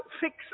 fix